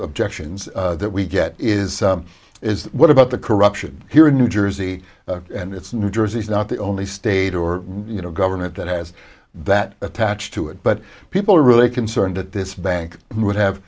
objections that we get is is what about the corruption here in new jersey and it's new jersey's not the only state or you know government that has that attached to it but people are really concerned that this bank would have